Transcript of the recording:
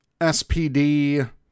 SPD